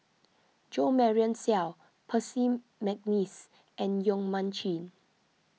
Jo Marion Seow Percy McNeice and Yong Mun Chee